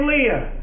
Leah